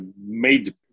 made